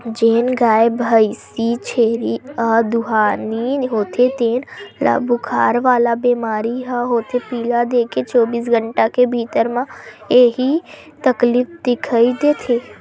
जेन गाय, भइसी, छेरी ह दुहानी होथे तेन ल बुखार वाला बेमारी ह होथे पिला देके चौबीस घंटा के भीतरी म ही ऐ तकलीफ दिखउल देथे